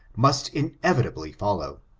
must inevitably follow.